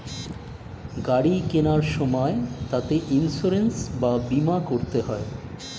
গাড়ি কেনার সময় তাতে ইন্সুরেন্স বা বীমা করতে হয়